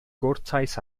gwrtais